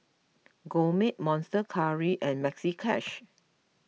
Gourmet Monster Curry and Maxi Cash